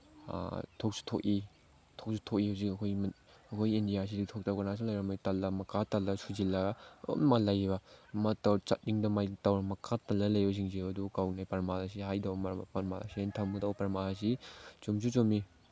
ꯊꯣꯛꯁꯨ ꯊꯣꯛꯏ ꯍꯧꯖꯤꯛ ꯑꯩꯈꯣꯏ ꯑꯩꯈꯣꯏ ꯏꯟꯗꯤꯌꯥꯁꯤꯗ ꯊꯣꯛꯇꯕ ꯀꯅꯥꯁꯨ ꯂꯩꯔꯝꯃꯣꯏ ꯇꯜꯂ ꯃꯈꯥ ꯇꯜꯂ ꯁꯨꯖꯤꯜꯂꯒ ꯂꯩꯕ ꯑꯃ ꯇꯧꯔꯦ ꯆꯠꯅꯤꯡꯗꯕ ꯃꯥꯏ ꯃꯈꯥ ꯇꯜꯂ ꯂꯩꯕꯁꯤꯡꯁꯤ ꯑꯗꯨꯕꯨ ꯀꯧꯋꯤ ꯄ꯭ꯔꯃꯥꯟ ꯑꯁꯤ ꯍꯥꯏꯗꯧ ꯄ꯭ꯔꯃꯥꯟ ꯑꯁꯤ ꯑꯩꯅ ꯊꯝꯒꯗꯧ ꯄ꯭ꯔꯃꯥꯟ ꯑꯁꯤ ꯆꯨꯝꯁꯨ ꯆꯨꯝꯃꯤ